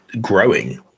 growing